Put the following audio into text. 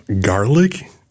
garlic